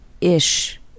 ish